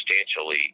substantially